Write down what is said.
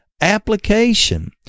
application